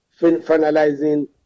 finalizing